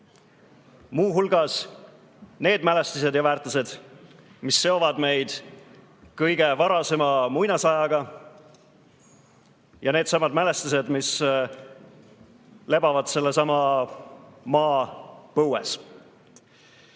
Muu hulgas need mälestised ja väärtused, mis seovad meid kõige varasema muinasajaga, ja needsamad mälestised, mis lebavad sellesama maa põues.